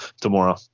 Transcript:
tomorrow